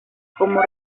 como